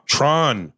Tron